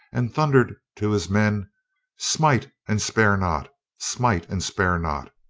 and thundered to his men smite, and spare not! smite, and spare not!